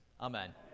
amen